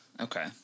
Okay